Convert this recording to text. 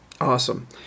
awesome